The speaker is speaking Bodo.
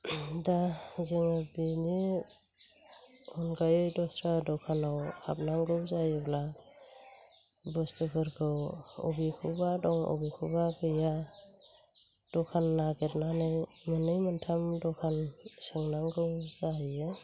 दा जोङो बेनि अनगायै दस्रा दखानाव हाबनांगौ जायोब्ला बुस्तुफोरखौ अबेखौबा दं अबेखौबा गैया दखान नागिरनानै मोननै मोनथाम दखान सोंनांगौ जाहैयो